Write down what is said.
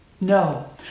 No